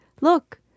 Look